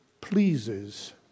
pleases